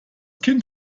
kind